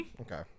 okay